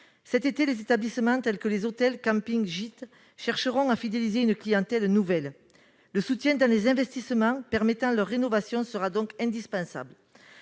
Cet été, les établissements tels que les hôtels, les campings ou les gîtes chercheront à fidéliser une clientèle nouvelle. Un soutien des investissements permettant leur rénovation sera donc indispensable.